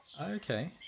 Okay